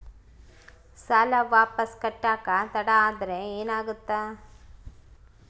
ಸಾಲ ವಾಪಸ್ ಕಟ್ಟಕ ತಡ ಆದ್ರ ಏನಾಗುತ್ತ?